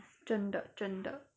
真的真的